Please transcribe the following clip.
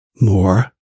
more